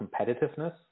competitiveness